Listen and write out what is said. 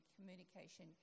communication